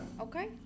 Okay